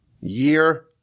year